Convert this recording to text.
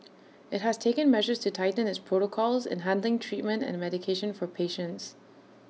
IT has taken measures to tighten its protocols in handling treatment and medication for patients